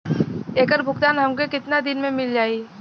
ऐकर भुगतान हमके कितना दिन में मील जाई?